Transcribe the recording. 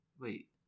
Wait